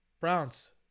Browns